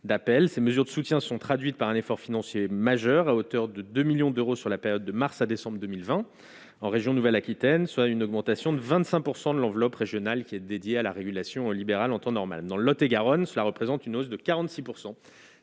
ces mesures de soutien sont traduites par un effort financier majeur à hauteur de 2 millions d'euros sur la période de mars à décembre 2020 en région nouvelle Aquitaine, soit une augmentation de 25 % de l'enveloppe régionale qui est dédié à la régulation libérale en temps normal, dans le Lot-et-Garonne, cela représente une hausse de 46